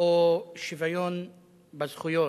או שוויון בזכויות,